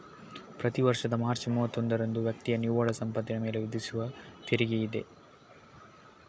ಪ್ರತಿ ವರ್ಷದ ಮಾರ್ಚ್ ಮೂವತ್ತೊಂದರಂದು ವ್ಯಕ್ತಿಯ ನಿವ್ವಳ ಸಂಪತ್ತಿನ ಮೇಲೆ ವಿಧಿಸುವ ತೆರಿಗೆಯಿದೆ